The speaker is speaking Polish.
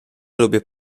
lubię